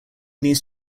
needs